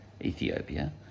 Ethiopia